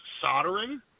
soldering